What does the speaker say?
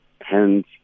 Hence